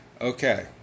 Okay